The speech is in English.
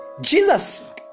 Jesus